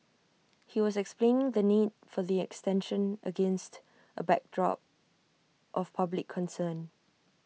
he was explaining the need for the extension against A backdrop of public concern